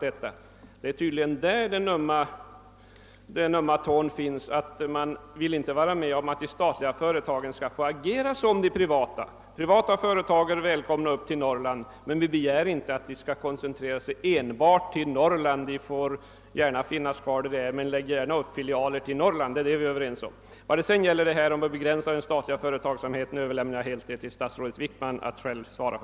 Det är tydligen där den ömma tån finns, d. v. s. man vill inte vara med om att de statliga företagen skall få agera på samma sätt som privata. Privata företag är välkomna till Norrland, men vi begär inte att de skall koncentrera sig enbart till denna landsdel. De får gärna vara kvar där de är men placera filialer i Norrland. Det kan vi vara överens om, hoppas jag. Beträffande diskussionen om att begränsa den statliga företagsamheten överlämnar jag detta spörsmål helt till statsrådet Wickman.